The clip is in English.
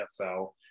NFL